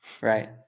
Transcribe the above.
Right